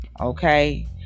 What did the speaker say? okay